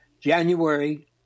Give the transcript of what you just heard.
January